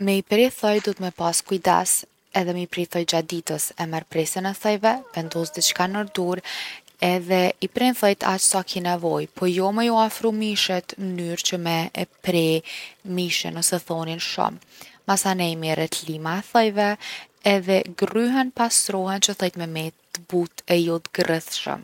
Me i pre thojt duhet me pas kujdes edhe me i pre thojt gjatë ditës. E merr presen e thojve, vendos diçka nër durë edhe i pren thojt aq sa ki nevojë. Po jo me ju afru mishit n’mnyr që me e pre mishin ose thonin shumë. Masanej merret lima e thojve edhe grryhen, pastrohen, që thojt me met t’butë e jo t’grrithshëm.